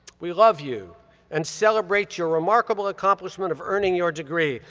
we love you and celebrate your remarkable accomplishment of earning your degree.